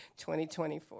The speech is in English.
2024